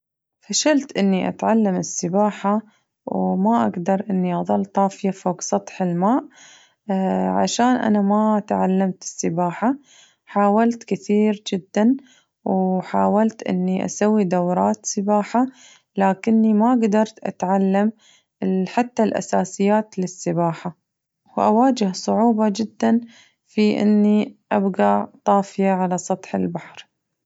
فشلت إني أتعلم السباحة وما أقدر إني أظل طافية فوق سطح الماء عشان أنا ما تعلمت السباحة حاولت كثير جداً وحاولت إني أسوي دورات سباحة لكني ما قدرت أتعلم ال حتى الأساسيات للسباحة وأواجه صعوبة جداً في إني أقدر أبقى طافية على سطح البحر.